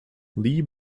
lee